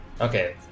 okay